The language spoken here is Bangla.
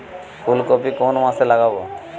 ফুলকপি কোন মাসে লাগাবো?